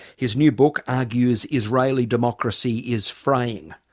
his new book argues israeli democracy is fraying.